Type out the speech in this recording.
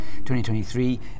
2023